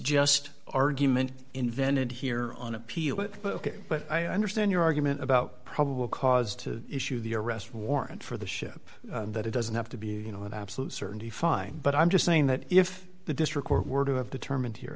just argument invented here on appeal it but ok but i understand your argument about probable cause to issue the arrest warrant for the ship that it doesn't have to be you know with absolute certainty fine but i'm just saying that if the district court were to have determined here